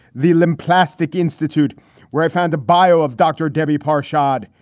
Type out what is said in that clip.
the little plastic institute where i found a bio of dr. debbie parr shard.